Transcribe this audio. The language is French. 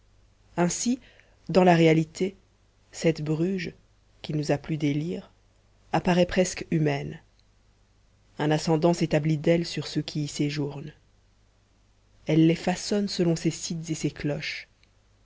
ainsi dans la réalité cette bruges qu'il nous a plu d'élire apparaît presque humaine un ascendant s'établit d'elle sur ceux qui y séjournent elle les façonne selon ses sites et ses cloches